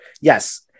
Yes